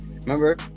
remember